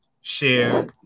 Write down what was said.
Share